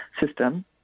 system